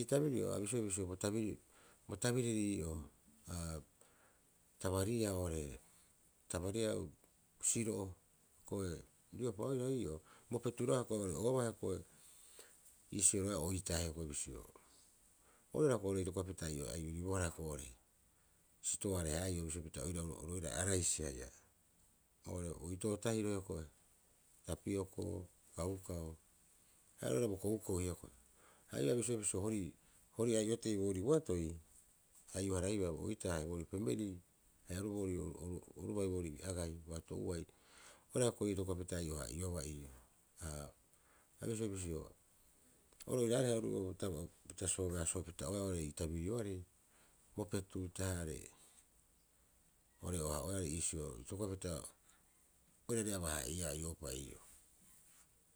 Ii tabirio abisioea bisio bo tabiriri ii'oo. Aa tabariia oo'ore tabariau usiro'o ko'e riopa oira ii'oo bo petu roga'a ko'e ro ore'oobaa ko'e iisioroea oitaa hiokoi bisio oira ko'e itokopapita aio- ai'oibohara oore stoareha ai'o bisio pita oru oira araisi haia oo'ore oitoo tahiro ko'e tapioko kaukau haia oira bo koukou hioko'e haia bisio- bisio hori- hori ai'ote boori boatoi ai'o haraibaa oitaa haia boorii pemeli haia oru oo ii'oo oru bai boori agai ii'boo. Ha oru oiraareha pita soobeasoopita oeaa ore ii tabirioarei. Bo petu uta'aha are ore'oo haa'oeaa re iisio tokopapita oirare aba- haa'iia ai'o'opa ii'oo.